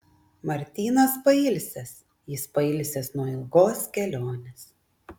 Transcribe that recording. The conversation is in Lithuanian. martynas pailsęs jis pailsęs nuo ilgos kelionės